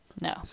No